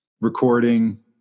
recording